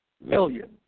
million